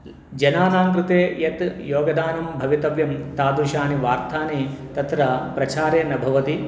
जनानां कृते यत् योगदानं भवितव्यं तादृशानि वार्तानि तत्र प्रचारे न भवति